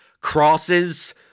crosses